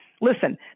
listen